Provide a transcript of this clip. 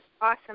Awesome